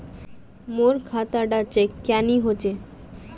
मोर खाता डा चेक क्यानी होचए?